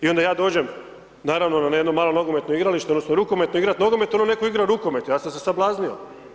I onda ja dođem naravno na jedno malo nogometno igralište, odnosno rukometno igrati nogomet ono netko igra rukomet, ja sam se sablaznio.